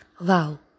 Wow